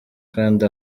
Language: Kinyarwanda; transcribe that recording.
kandi